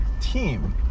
team